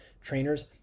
trainers